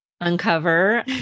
uncover